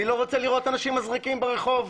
לא רוצה לראות אנשים מזריקים ברחוב.